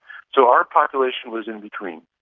so our population was in between.